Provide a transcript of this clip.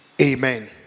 Amen